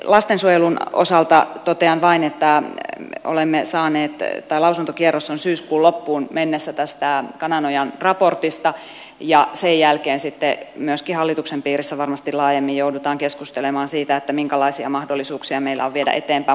lastensuojelun osalta totean vain että lausuntokierros on syyskuun loppuun mennessä tästä kananojan raportista ja sen jälkeen myöskin hallituksen piirissä varmasti laajemmin joudutaan keskustelemaan siitä minkälaisia mahdollisuuksia meillä on viedä eteenpäin